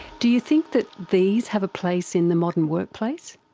do you think that these have a place in the modern workplace?